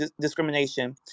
discrimination